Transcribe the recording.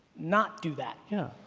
not do that. yeah,